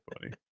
funny